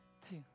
two